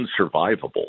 unsurvivable